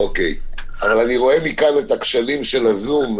אבל אני רואה מכאן את הכשלים של הזום,